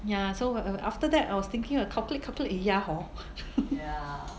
ya so after that I was thinking uh calculate calculate eh ya hor